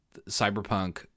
cyberpunk